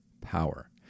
power